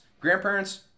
grandparents